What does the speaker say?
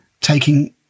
taking